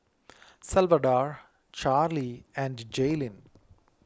Salvador Charle and Jaelynn